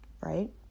right